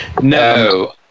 No